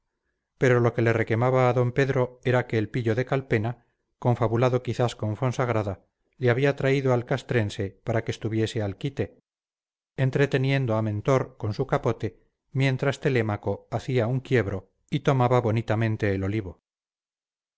pero lo que le requemaba a d pedro era que el pillo de calpena confabulado quizás con fonsagrada le había traído al castrense para que estuviese al quite entreteniendo a mentor con su capote mientras telémaco hacía un quiebro y tomaba bonitamente el olivo